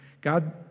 God